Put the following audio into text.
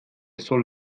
soll